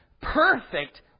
perfect